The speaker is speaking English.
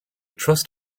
trust